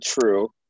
true